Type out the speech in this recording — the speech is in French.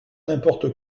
n’importe